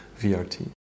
VRT